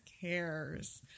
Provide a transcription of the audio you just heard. cares